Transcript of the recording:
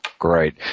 Great